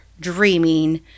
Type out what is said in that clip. dreaming